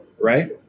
Right